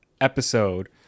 episode